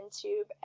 tube